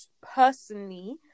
personally